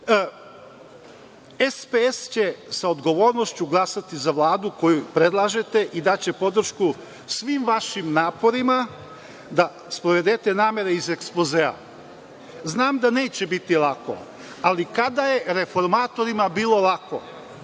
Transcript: će sa odgovornošću glasati za Vladu koju predlažete i daće podršku svim vašim naporima da sprovedete namere iz ekspozea. Znam, da neće biti lako, ali kada je reformatorima bilo lako.